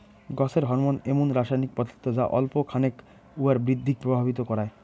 গছের হরমোন এমুন রাসায়নিক পদার্থ যা অল্প খানেক উয়ার বৃদ্ধিক প্রভাবিত করায়